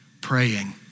Praying